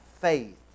faith